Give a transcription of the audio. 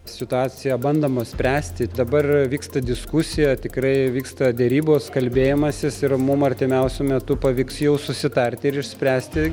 situaciją bandoma spręsti dabar vyksta diskusija tikrai vyksta derybos kalbėjimasis ir mum artimiausiu metu pavyks jau susitarti ir išspręsti